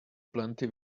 plenty